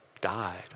died